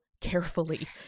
carefully